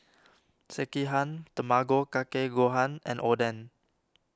Sekihan Tamago Kake Gohan and Oden